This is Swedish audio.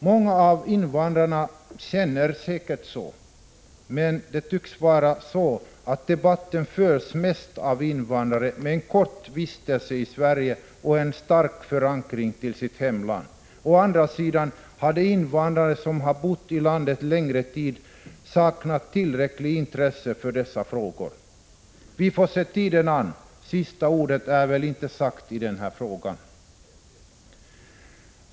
Många av invandrarna känner säkert så, men det tycks vara så att debatten förs mest av invandrare med en kort vistelse i Sverige och med en stark förankring till sitt hemland. Å andra sidan har de invandrare som har bott i landet längre tid saknat tillräckligt intresse för dessa frågor. Vi får se tiden an — sista ordet är väl inte sagt i den här frågan.